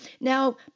Now